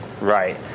Right